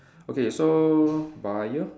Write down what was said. okay so buyer